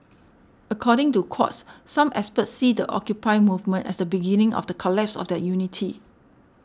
according to Quartz some experts see the Occupy movement as the beginning of the collapse of their unity